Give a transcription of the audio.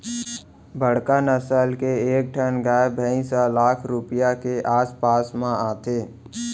बड़का नसल के एक ठन गाय भईंस ह लाख रूपया के आस पास म आथे